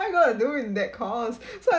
what I'm going to do in that course so I